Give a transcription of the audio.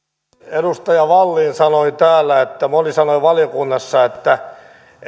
edustaja wallin sanoi täällä että moni sanoi valiokunnassa että